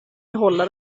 behålla